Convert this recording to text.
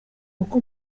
uko